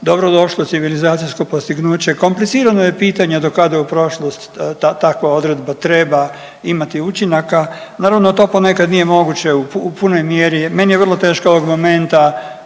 dobrodošlo civilizacijsko postignuće. Komplicirano je pitanje do kada u prošlost takva odredba treba imati učinaka. Naravno, to ponekad nije moguće u punoj mjeri, meni je vrlo teško ovog momenta